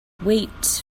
wait